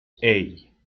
hey